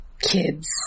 Kids